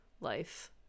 life